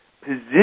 position